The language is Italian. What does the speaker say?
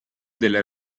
della